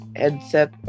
headset